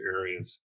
areas